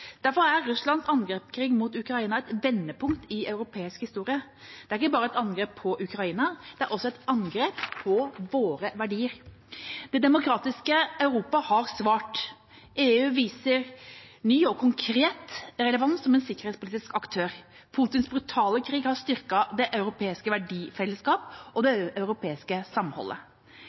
Derfor er Russlands angrepskrig mot Ukraina et vendepunkt i europeisk historie. Det er ikke bare et angrep på Ukraina. Det er også et angrep på våre verdier. Det demokratiske Europa har svart. EU viser ny og konkret relevans som sikkerhetspolitisk aktør. Putins brutale krig har styrket det europeiske verdifellesskapet og det europeiske samholdet.